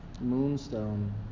Moonstone